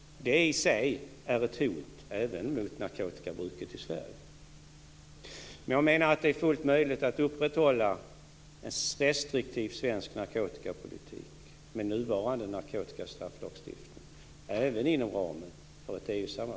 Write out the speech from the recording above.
Det i sig är ett hot även när det gäller narkotikabruket i Sverige. Jag menar att det är fullt möjligt att upprätthålla en restriktiv svensk narkotikapolitik med nuvarande narkotikastrafflagstiftning även inom ramen för ett